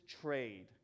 trade